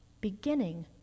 beginning